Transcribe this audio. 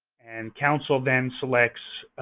and council then selects